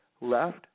left